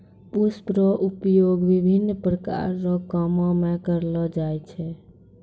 पुष्प रो उपयोग विभिन्न प्रकार रो कामो मे करलो जाय छै